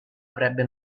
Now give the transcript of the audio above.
avrebbe